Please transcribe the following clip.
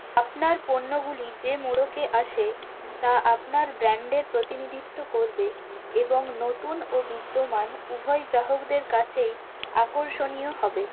আপনার পণ্যগুলি যে মোড়কে আসে তা আপনার ব্র্যান্ডের প্রতিনিধিত্ব করবে এবং নতুন ও বিদ্যমান উভয় গ্রাহকদের কাছেই আকর্ষণীয় হবে